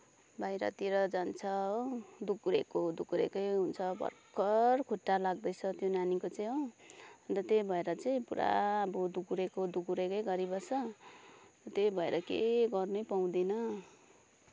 बाहिरतिर जान्छ हो दगुरेको दगुरेकै हुन्छ भर्खर खुट्टा लाग्दैछ त्यो नानीको चाहिँ हो अन्त त्यही भएर चाहिँ पूरा अब दगुरेको दगुरेकै गरिबस्छ त्यही भएर केही गर्नै पाउँदिन